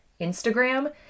Instagram